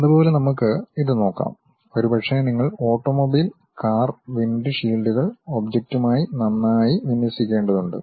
അതുപോലെ നമുക്ക് ഇത് നോക്കാം ഒരുപക്ഷേ നിങ്ങൾ ഓട്ടോമൊബൈൽ കാർ വിൻഡ് ഷീൽഡുകൾ ഒബ്ജക്റ്റുമായി നന്നായി വിന്യസിക്കേണ്ടതുണ്ട്